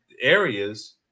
areas